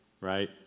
right